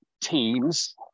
teams